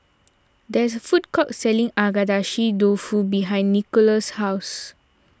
there is a food court selling Agedashi Dofu behind Nicklaus' house